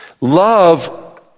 Love